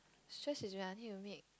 stress is when I need to make